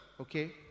okay